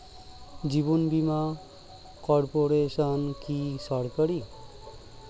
জীবন বীমা কর্পোরেশন কি সরকারি?